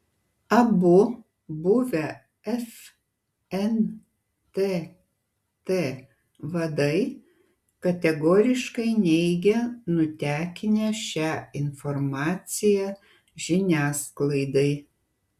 abu buvę fntt vadai kategoriškai neigia nutekinę šią informaciją žiniasklaidai